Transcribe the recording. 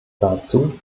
dazu